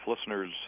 listeners